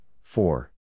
four